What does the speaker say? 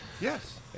Yes